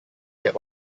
get